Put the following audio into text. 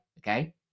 Okay